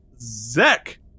Zek